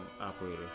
operator